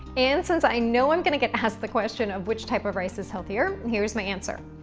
and, since i know i'm gonna get asked the question of which type of rice is healthier, here's my answer.